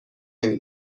نمی